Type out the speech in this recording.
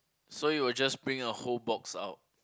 so you will just bring a whole box out